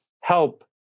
help